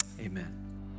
amen